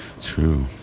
true